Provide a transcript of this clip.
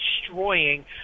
destroying